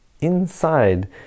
inside